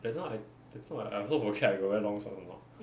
that time I that time I also forget I got wear long socks or not